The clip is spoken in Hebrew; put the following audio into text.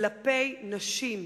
כלפי נשים.